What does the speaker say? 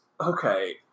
Okay